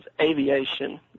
aviation